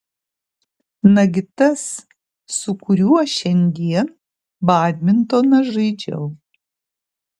nagi tas su kuriuo šiandien badmintoną žaidžiau